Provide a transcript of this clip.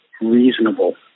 reasonable